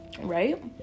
right